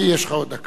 יש לך עוד דקה.